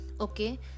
Okay